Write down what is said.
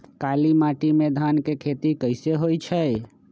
काली माटी में धान के खेती कईसे होइ छइ?